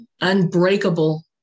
unbreakable